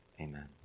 Amen